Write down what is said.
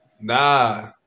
Nah